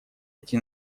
эти